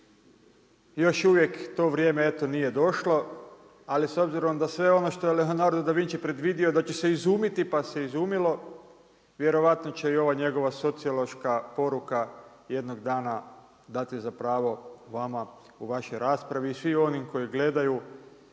još uvijek to vrijeme eto nije došlo, ali s obzirom da sve ono što je Leonardo Da Vinci predvidio da će se izumiti, pa se izumilo, vjerojatno će i ova njegova socijaloška poruka, jednog dana dati za pravo vama u vašoj raspravi i svi onim koji gledaju